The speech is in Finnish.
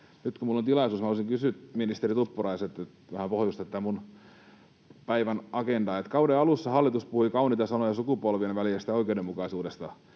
Nyt kun minulla on tilaisuus, haluaisin kysyä ministeri Tuppuraiselta ja vähän pohjustaa tätä minun päivän agendaani. Kauden alussa hallitus puhui kauniita sanoja sukupolvien välisestä oikeudenmukaisuudesta.